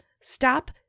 Stop